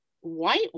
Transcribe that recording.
white